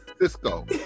Cisco